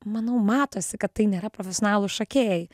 manau matosi kad tai nėra profesionalūs šokėjai